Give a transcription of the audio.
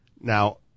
Now